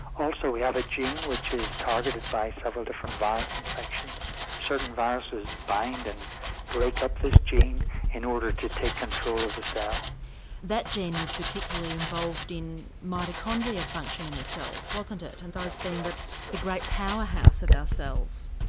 also we have a gene which is targeted by several different virus infections certain viruses bind and break up this gene in order to take control of the cell. that gene was particularly involved in mitochondria function in the cells wasn't it, and those being the the great powerhouse of our cells?